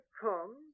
come